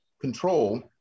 control